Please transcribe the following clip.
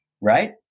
right